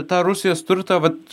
tą rusijos turtą vat